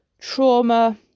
trauma